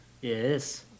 Yes